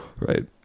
Right